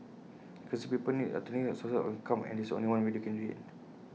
increasingly people need alternative sources of income and this is one way they can do IT